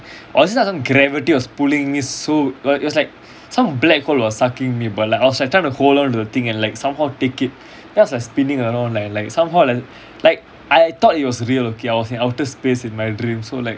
ya there's not supposed to be any air but some kind of oh I remember some gravity was pulling me so it was like some black hole was sucking me but like I was trying to hold on to the thing and like somehow take it cause I was spinning around like like somehow like like I thought it was a real okay I was in outer space in my dream so like